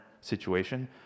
situation